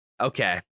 Okay